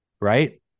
Right